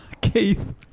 Keith